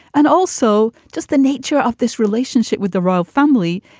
and also just the nature of this relationship with the royal family.